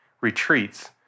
retreats